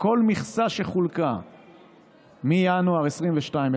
כל מכסה שחולקה מינואר 2022,